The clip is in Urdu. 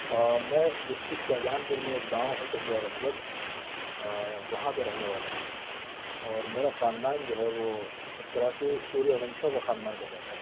میں ڈسٹرکٹ شاہجہان پور میں ایک گاؤں ہے کٹیا رجب وہاں کا رہنے والا ہوں اور میرا خاندان جو ہے وہ ایک طرح سے سوریہ ونشوں کا خاندان کہلاتا ہے